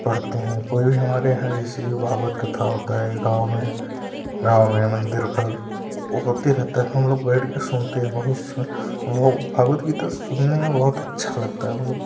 पढ़ते है कोई भी हमारे यहाँ जैसे कि भागवत कथा होता है गाँव में गाँव में मंदिर पर वो होते रहता है हम लोग बैठ के सुनते है बहुत स भा भगवद गीता सुनने में बहुत अच्छा लगता है